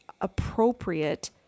appropriate